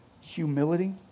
humility